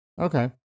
Okay